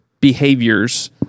behaviors